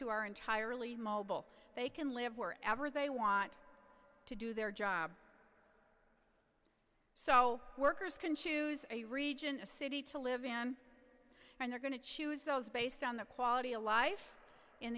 who are entirely mobile they can live wherever they want to do their job so workers can choose a region a city to live in and they're going to choose those based on the quality of life in